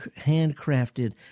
handcrafted